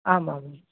आम् आम्